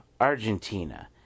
Argentina